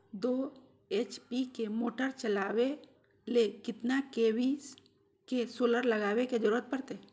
दो एच.पी के मोटर चलावे ले कितना के.वी के सोलर लगावे के जरूरत पड़ते?